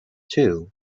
too